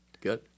Good